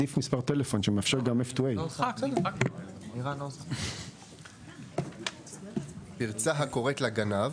עדיף מספר טלפון שמאפשר גם F2A. פרצה הקוראת לגנב,